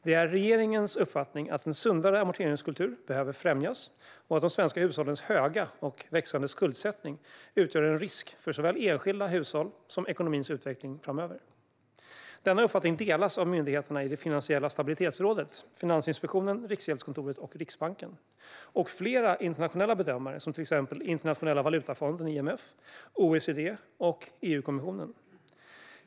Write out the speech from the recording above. Det är regeringens uppfattning att en sundare amorteringskultur behöver främjas och att de svenska hushållens höga och växande skuldsättning utgör en risk för såväl enskilda hushåll som ekonomins utveckling framöver. Denna uppfattning delas av myndigheterna i Finansiella stabilitetsrådet, det vill säga Finansinspektionen, Riksgäldskontoret och Riksbanken, och av flera internationella bedömare, till exempel Internationella valutafonden - IMF - OECD och EU-kommissionen.